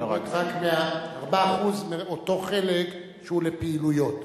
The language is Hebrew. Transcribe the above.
הוא יורד רק מאותו חלק שהוא לפעילויות.